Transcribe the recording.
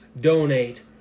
donate